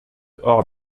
hors